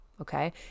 Okay